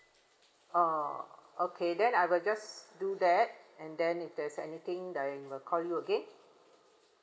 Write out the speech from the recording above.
oh okay then I will just do that and then if there's anything then I will call you again